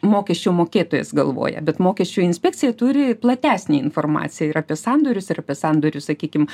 mokesčių mokėtojas galvoja bet mokesčių inspekcija turi platesnę informaciją ir apie sandorius ir apie sandorius sakykim